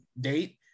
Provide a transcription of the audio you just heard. date